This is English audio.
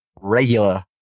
regular